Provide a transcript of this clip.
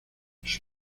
sus